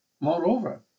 Moreover